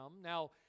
Now